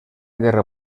guerra